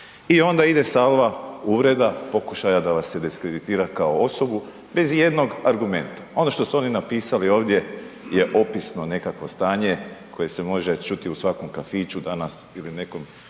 i onda ide salva uvreda, pokušaja da vas se deskreditira kao osobu bez i jednog argumenta. Ono što su oni napisali ovdje je opisno nekakvo stanje koje se može čuti u svakom kafiću danas ili nekoj